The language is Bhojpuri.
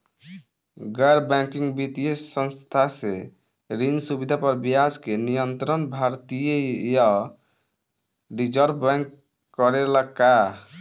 गैर बैंकिंग वित्तीय संस्था से ऋण सुविधा पर ब्याज के नियंत्रण भारती य रिजर्व बैंक करे ला का?